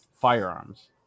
firearms